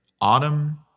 autumn